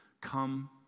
come